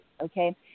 Okay